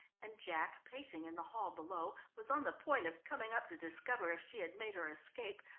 and jack, pacing in the hall below, was on the point of coming up to discover if she had made her escape,